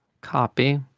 Copy